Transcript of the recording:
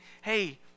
hey